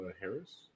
Harris